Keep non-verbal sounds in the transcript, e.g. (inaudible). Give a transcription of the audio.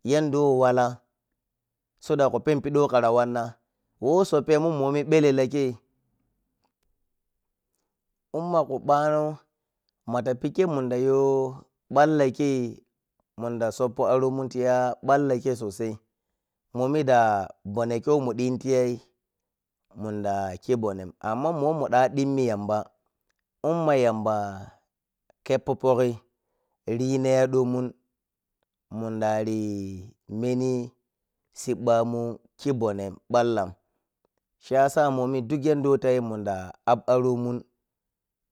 Yadda wala so dat khu penpidi who khira wanna. Who sappemun mboni ɓelelelei (unintelligible) ummagu bano mata pike muudagu balla kei munɗa suppo around trya ɓalla kei sosai momi da mɓone kei who munɗitiyay munɗa ɗimmi yamba umma yamba kheppopogi rina yaɗomun mundori meni siɓɓamu khi mbone ɓallam shiya mɓpmi duk yadd who tayi munda cp aromun